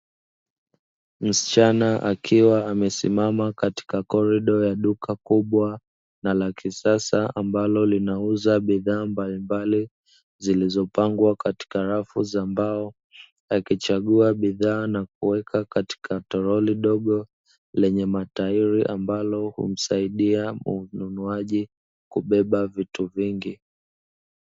Msichana akiwa amesimama katika korido ya duka kubwa na la kisasa ambalo linauza bidhaa mbalimbali zilizopangwa katika rafu za mbao, akichagua bidhaa na kuweka katika toroli dogo lenye matairi ambalo humsaidia mnunuaji kubeba vitu vingi.